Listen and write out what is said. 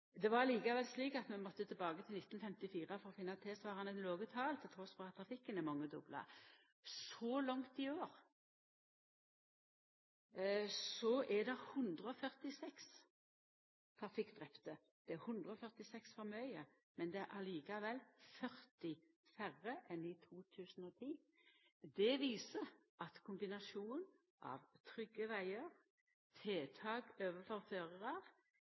2010 var 208 trafikkdrepne. Det er 208 for mange. Det er likevel slik at vi må tilbake til 1954 for å finna tilsvarande låge tall, trass i at trafikken er mangedobla. Så langt i år er det 146 trafikkdrepne. Det er 146 for mange, men det er likevel 40 færre enn i 2010. Det viser at kombinasjonen av trygge vegar og tiltak overfor